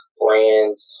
brands